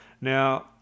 Now